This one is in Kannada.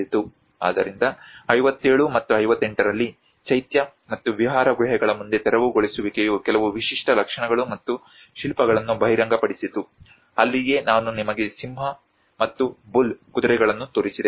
ಆದ್ದರಿಂದ 57 ಮತ್ತು 58 ರಲ್ಲಿ ಚೈತ್ಯ ಮತ್ತು ವಿಹಾರ ಗುಹೆಗಳ ಮುಂದೆ ತೆರವುಗೊಳಿಸುವಿಕೆಯು ಕೆಲವು ವಿಶಿಷ್ಟ ಲಕ್ಷಣಗಳು ಮತ್ತು ಶಿಲ್ಪಗಳನ್ನು ಬಹಿರಂಗಪಡಿಸಿತು ಅಲ್ಲಿಯೇ ನಾನು ನಿಮಗೆ ಸಿಂಹ ಮತ್ತು ಬುಲ್ ಕುದುರೆಗಳನ್ನು ತೋರಿಸಿದೆ